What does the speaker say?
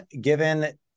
given